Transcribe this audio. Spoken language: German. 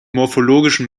morphologischen